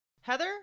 Heather